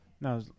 No